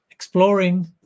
Exploring